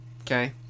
Okay